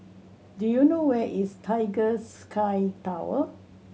do you know where is Tiger Sky Tower